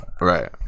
Right